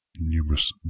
numerous